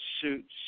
suits